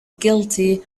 guilty